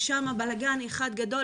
יש שם בלגאן אחד גדול,